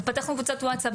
ופתחנו קבוצת וואטסאפ,